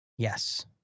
Yes